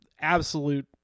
absolute